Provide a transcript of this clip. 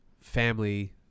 family